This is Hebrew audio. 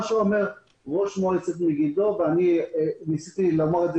מה שאומר ראש מועצת מגידו ואני ניסיתי להגיד את זה